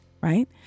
right